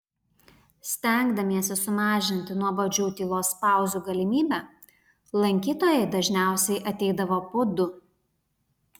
stengdamiesi sumažinti nuobodžių tylos pauzių galimybę lankytojai dažniausiai ateidavo po du